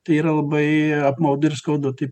tai yra labai apmaudu ir skaudu taip